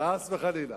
חס וחלילה.